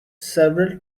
several